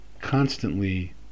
constantly